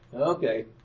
Okay